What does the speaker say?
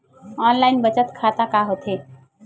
Online बचत खाता का होथे?